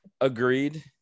agreed